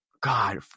God